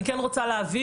אני כן רוצה לספר,